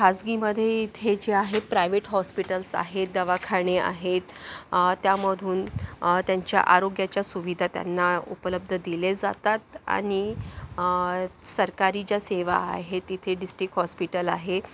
खाजगीमध्ये इथे जे आहे प्रायव्हेट हॉस्पिटल्स आहेत दवाखाने आहेत त्यामधून त्यांच्या आरोग्याच्या सुविधा त्यांना उपलब्ध दिले जातात आणि सरकारी ज्या सेवा आहेत तिथे डिस्ट्रिक्ट हॉस्पिटल आहे